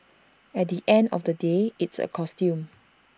at the end of the day it's A costume